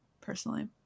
personally